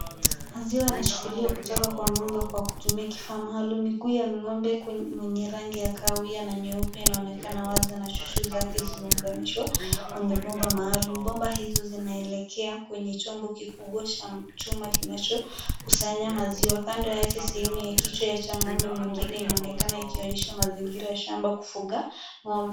Maziwa yanachukuliwa kutoka kwa ng'ombe kwa kutumia kifaa maalum, miguu ya ng'ombe mwenye rangi ya kahawia na nyeupe inaonekana wazi na chuchu zake zimeunganishwa kwenye bomba maalum. Bomba hizo zinaelekea kwenye chombo kikubwa cha chuma kinachokusanya maziwa, kando yake, sehemu ya kichwa cha ng'ombe mwingine inaonekana ikionyesha mazingira ya shamba kufuga ng'ombe.